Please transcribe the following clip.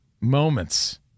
moments-